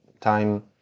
time